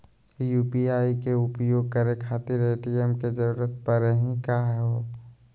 UPI के उपयोग करे खातीर ए.टी.एम के जरुरत परेही का हो?